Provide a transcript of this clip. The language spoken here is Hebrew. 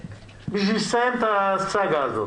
בשבי ל לסיים את הסגה הזו